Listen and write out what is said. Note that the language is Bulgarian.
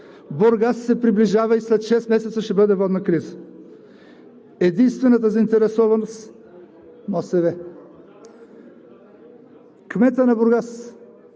Бургас се приближава и след шест месеца ще бъде във водна криза. Единствената заинтересованост – МОСВ. Кметът на Бургас